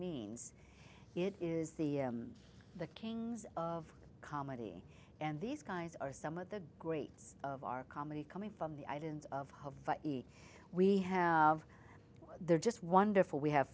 means it is the the kings of comedy and these guys are some of the greats of our comedy coming from the i didn't of we have they're just wonderful we have